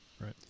right